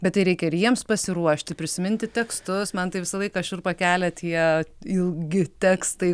bet tai reikia ir jiems pasiruošti prisiminti tekstus man tai visą laiką šiurpą kelia tie ilgi tekstai